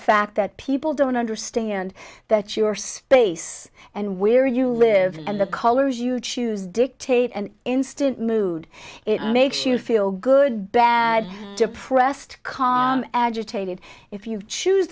fact that people don't understand that your space and where you live and the colors you choose dictate an instant mood it makes you feel good bad depressed calm agitated if you choose